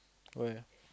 where